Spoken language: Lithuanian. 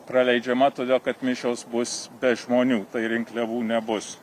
praleidžiama todėl kad mišios bus be žmonių rinkliavų nebus